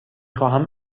خواهم